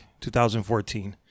2014